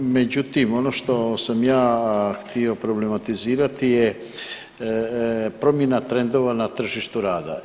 Međutim, ono što sam ja htio problematizirati je promjena trendova na tržištu rada.